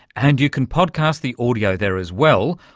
and you can podcast the audio there as well,